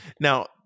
Now